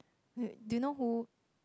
do you know who